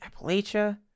Appalachia